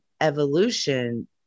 evolution